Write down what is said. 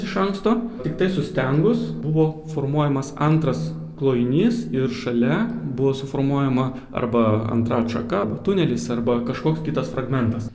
iš anksto tiktai sustengus buvo formuojamas antras klojinys ir šalia buvo suformuojama arba antra atšaka tunelis arba kažkoks kitas fragmentas